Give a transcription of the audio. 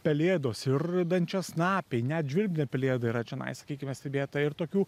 pelėdos ir dančiasnapiai net žvirblinė pelėda yra čionai sakykime stebėta ir tokių